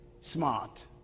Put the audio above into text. smart